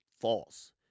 false